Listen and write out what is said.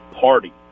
party